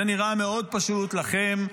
זה נראה מאוד פשוט לכם,